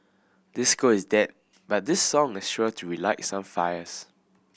disco is dead but this song is sure to relight some fires